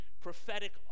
prophetic